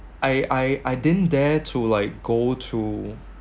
I I I didn't dare to like go to